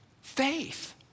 faith